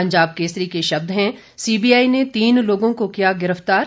पंजाब केसरी के शब्द हैं सीबीआई ने तीन लोगों को किया गिरफ्तार